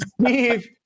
Steve